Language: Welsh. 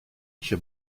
eisiau